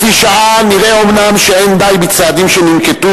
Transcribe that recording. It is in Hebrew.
לפי שעה נראה אומנם שאין די בצעדים שננקטו